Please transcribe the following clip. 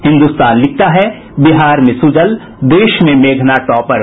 हिन्दुस्तान लिखता है बिहार में सुजल देश में मेघना टॉपर